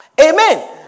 Amen